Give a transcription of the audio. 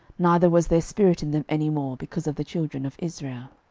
neither was there spirit in them any more, because of the children of israel.